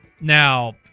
Now